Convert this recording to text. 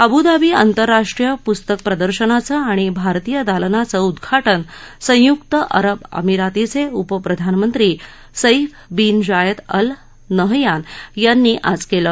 Abu Dhabi आंतरराष्ट्रीय पुस्तक प्रदर्शनाचं आणि भारतीय दालनाचं उद्घाटन संयुक्त अरब अमिरातीचे उप प्रधानमंत्री सफ्रीबिन जायद अल् नहयान यांनी आज केलं